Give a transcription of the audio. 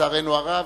לצערנו הרב,